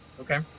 Okay